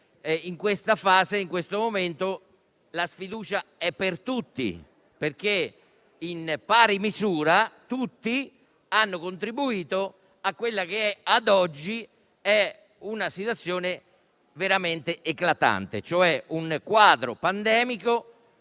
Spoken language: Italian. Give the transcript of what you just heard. dibattito, che in questo momento la sfiducia è per tutti, perché in pari misura tutti hanno contribuito a quella che ad oggi è una situazione veramente eclatante, cioè un quadro pandemico